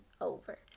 over